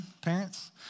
parents